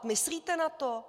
Myslíte na to?